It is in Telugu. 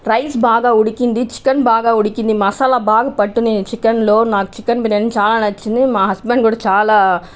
రైస్ బాగా ఉడికింది చికెన్ బాగా ఉడికింది మసాలా బాగా పట్టు చికెన్లో నాకు చికెన్ బిర్యానీ చాలా నచ్చింది మా హస్బెండ్ కూడా చాలా